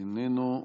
איננו,